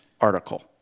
article